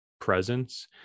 presence